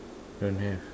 don't have